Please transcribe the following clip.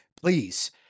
please